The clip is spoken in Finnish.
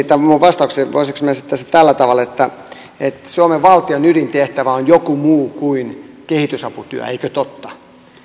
tämän minun vastauksen tällä tavalla suomen valtion ydintehtävä on joku muu kuin kehitysaputyö eikö totta